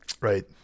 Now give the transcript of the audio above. Right